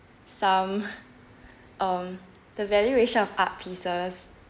some um the valuation of art pieces